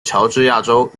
乔治亚州